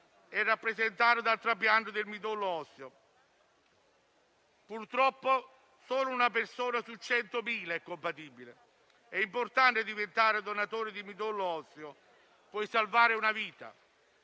è rappresentata dal trapianto del midollo osseo. Purtroppo solo una persona su 100.000 è compatibile. È importante diventare donatori di midollo osseo: si può salvare una vita.